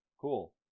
Cool